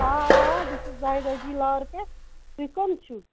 آ بہٕ چھَس ضاہدٕ جی لارٕ پٮ۪ٹھ تُہۍ کٕم چھُو